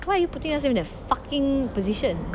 why are you putting yourself in a fucking position